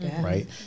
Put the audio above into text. right